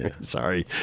Sorry